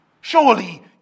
Surely